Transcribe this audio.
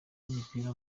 w’umupira